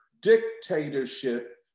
dictatorship